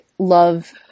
love